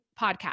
podcast